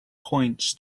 points